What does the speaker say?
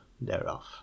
thereof